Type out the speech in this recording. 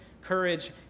courage